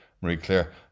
Marie-Claire